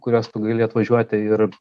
kuriuos tu gali atvažiuoti ir